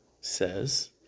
says